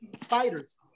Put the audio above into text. fighters